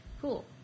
Cool